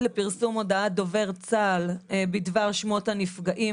לפרסום הודעת דובר צה"ל בדבר שמות הנפגעים